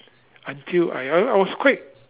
until I I I was quite